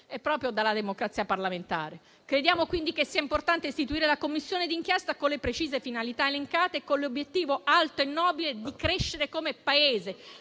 e proprio dalla democrazia parlamentare? Crediamo quindi che sia importante istituire la Commissione d'inchiesta, con le precise finalità elencate e con l'obiettivo alto e nobile di crescere come Paese.